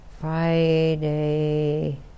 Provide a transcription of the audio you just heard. Friday